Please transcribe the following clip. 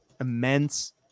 immense